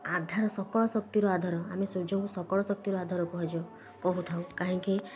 ଆଧାର ସକାଳ ଶକ୍ତିର ଆଧାର ଆମେ ସୂର୍ଯ୍ୟଙ୍କୁ ସକାଳ ଶକ୍ତିର ଆଧାର କୁହାଯାଉ କହୁଥାଉ କାହଁକି